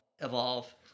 evolve